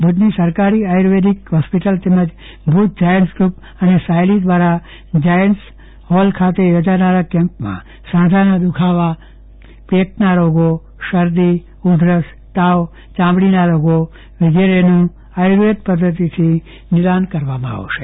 ભુજની સરકારી આયુર્વેદિક હોસ્પિટલ તેમજ ભુજ જાયન્ટસ ગ્રુપ અને સાહેલી દ્વારા જાયન્ટસ હોલ ખાતે યોજાનારા કેમ્પમાં સાંધાના દુઃખાવા પેટના રોગો શરદી ઉધરસ તાવ જેવા રોગો વિગેરેનું આયુર્વેદિક પધ્ધતિથી નિદાન કરાશે